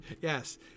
Yes